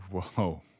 Whoa